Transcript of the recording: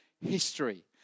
history